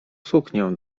suknię